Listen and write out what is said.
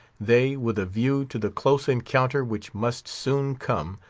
they, with a view to the close encounter which must soon come,